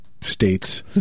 states